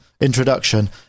introduction